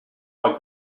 like